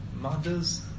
Mothers